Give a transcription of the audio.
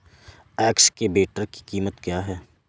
Excavator की कीमत क्या है?